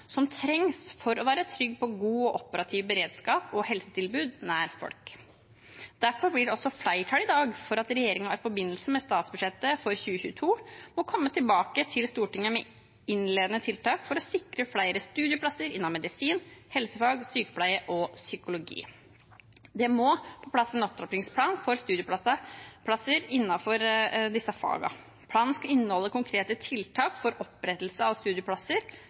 som trengs for at vi kan være trygge på god og operativ beredskap og helsetilbud nær folk. Derfor blir det også flertall i dag for at regjeringen i forbindelse med statsbudsjettet for 2022 må komme tilbake til Stortinget med innledende tiltak for å sikre flere studieplasser innenfor medisin, helsefag, sykepleie og psykologi. Det må på plass en opptrappingsplan for studieplasser innenfor disse fagene. Planen skal inneholde konkrete tiltak for opprettelse av studieplasser